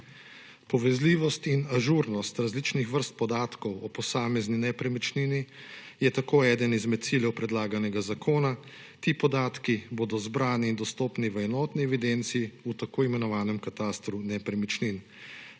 Povezljivost in ažurnost različnih vrst podatkov o posamezni nepremičnini je tako eden izmed ciljev predlaganega zakona, ti podatki bodo zbrani in dostopni v enotni evidenci, in sicer v tako imenovanem katastru nepremičnin.